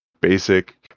basic